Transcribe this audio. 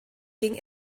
ging